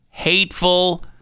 hateful